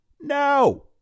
No